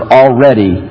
already